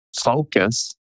focus